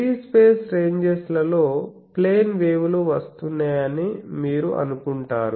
free space ranges లలో plane wave లు వస్తున్నాయని మీరు అనుకుంటారు